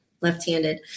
left-handed